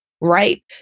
right